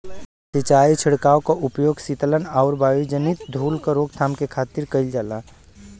सिंचाई छिड़काव क उपयोग सीतलन आउर वायुजनित धूल क रोकथाम के खातिर भी कइल जाला